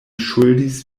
ŝuldis